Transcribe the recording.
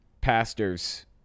pastors